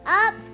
up